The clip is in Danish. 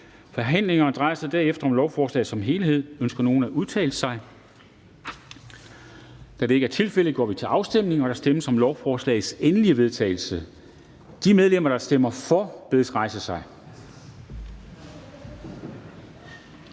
Forhandlingerne drejer sig derefter om lovforslaget som helhed. Ønsker nogen at udtale sig? Da det ikke er tilfældet, går vi til afstemning. Kl. 10:59 Afstemning Formanden (Henrik Dam Kristensen): Der stemmes om lovforslagets endelige vedtagelse. De medlemmer, der stemmer for, bedes rejse sig.